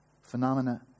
Phenomena